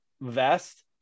vest